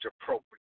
appropriate